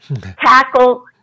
Tackle